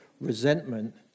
resentment